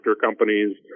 companies